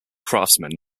craftsman